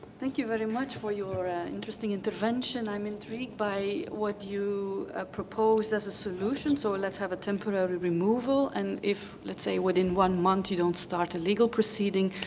thank you very much for your ah interesting intervention. i'm intrigued by what you proposed as a solution. so let's have a temporary removal, and if, let's say, within one month you don't start a legal proceeding,